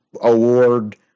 award